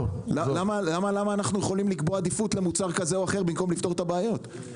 למה אנו יכולים לקבוע עדיפות למוצר כזה או אחר במקום לפתור את הבעיה?